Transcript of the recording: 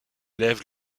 lève